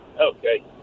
Okay